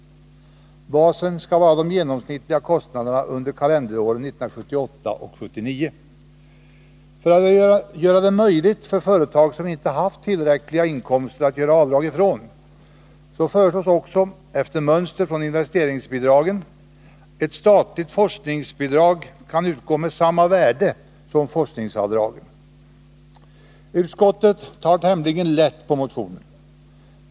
Basen skall vara de genomsnittliga kostnaderna under kalenderåren 1978 och 1979. För att göra det möjligt för företag som inte haft tillräckliga inkomster att göra avdrag ifrån föreslås också, efter mönster från investeringsbidragen, att statligt forskningsbidrag kan utgå med samma värde som forskningsavdragen. Utskottet tar tämligen lätt på motionen.